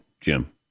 Jim